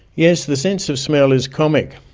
yes, the sense of smell is comic,